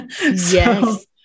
Yes